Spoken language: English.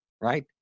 right